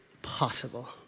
Possible